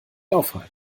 aufhalten